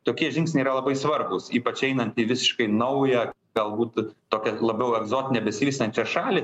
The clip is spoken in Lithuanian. tokie žingsniai yra labai svarbūs ypač einant į visiškai naują galbūt tokią labiau egzotinę besivystančią šalį